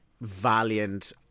Valiant